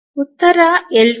Uttara LCM